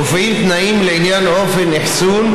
מופיעים תנאים לעניין אופן אחסון,